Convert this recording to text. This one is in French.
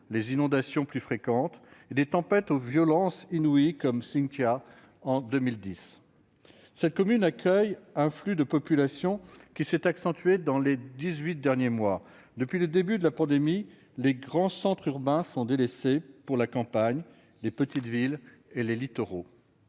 inondations plus fréquentes et tempêtes aux violences inouïes, comme Xynthia en 2010. Cette commune accueille par ailleurs un flux de population qui s'est accentué dans les dix-huit derniers mois. Depuis le début de la pandémie en effet, les grands centres urbains sont délaissés pour la campagne, les petites villes et les littoraux.